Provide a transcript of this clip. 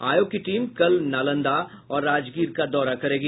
आयोग की टीम कल नालंदा और राजगीर का दौरा करेगी